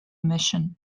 mission